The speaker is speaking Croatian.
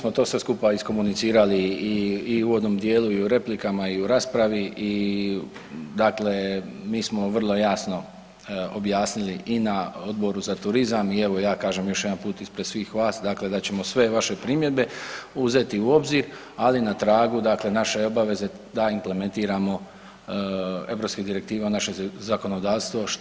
Pa mi smo sve to skupa iskomunicirali i u uvodnom dijelu i u replikama i u raspravi i dakle mi smo vrlo jasno objasnili i na Odboru za turizam i evo ja kažem još jedanput ispred svih vas dakle da ćemo sve vaše primjedbe uzeti u obzir, ali u tragu dakle naše obaveze da implementiramo europske direktive u naše zakonodavstvo na što smo obvezni.